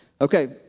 Okay